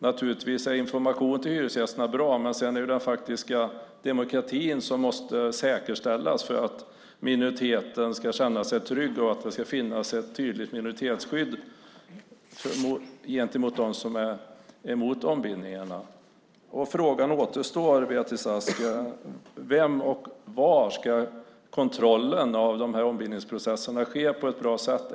Naturligtvis är information till hyresgästerna bra, men det är den faktiska demokratin som måste säkerställas för att minoriteten ska känna sig trygg i att det finns ett tydligt minoritetsskydd gentemot dem som är emot ombildningarna. Frågan återstår, Beatrice Ask: Var ska kontrollen av dessa ombildningsprocesser ske på ett bra sätt?